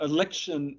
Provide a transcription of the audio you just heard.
Election